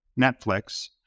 Netflix